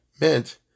meant